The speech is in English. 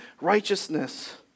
righteousness